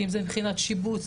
אם זה מבחינת שיבוץ,